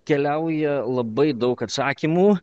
keliauja labai daug atsakymų